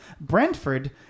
Brentford